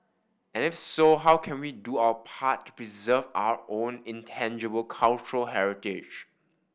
and if so how can we do our part to preserve our own intangible cultural heritage